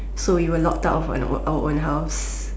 so we were locked out of our our own house